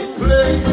play